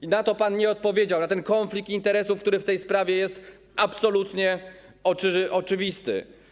I na to pan nie odpowiedział, na ten konflikt interesów, który w tej sprawie jest absolutnie oczywisty.